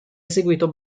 eseguito